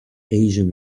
asian